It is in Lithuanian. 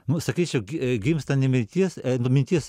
nu sakyčiau gimsta ne mintis mintis